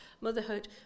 motherhood